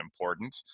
important